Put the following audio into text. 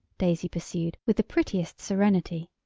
daisy pursued with the prettiest serenity.